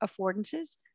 affordances